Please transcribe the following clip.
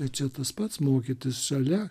ir čia tas pats mokytis šalia